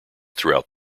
throughout